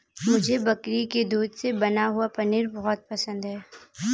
मुझे बकरी के दूध से बना हुआ पनीर बहुत पसंद है